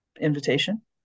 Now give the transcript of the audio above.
invitation